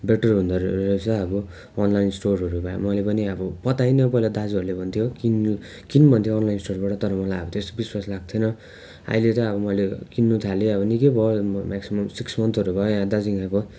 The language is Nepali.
बेटर हुँदो रहेछ अब अनलाइन स्टोरहरूमा मैले पनि अब पत्याइनँ पहिला दाजुहरूले भन्थ्यो किन् किन् भन्थ्यो अनलाइन स्टोरबाट तर मलाई अब त्यस्तो विश्वास लाग्थेन अहिले चाहिँ अब मैले किन्नु थालेँ अब निकै भयो मेक्सिमम् सिक्स मन्थहरू भयो यहाँ दार्जिलिङ आएको